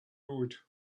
road